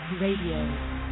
Radio